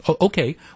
Okay